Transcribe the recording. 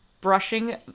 brushing